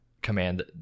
command